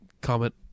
comment